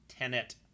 tenet